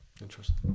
Interesting